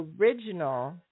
original